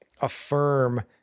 affirm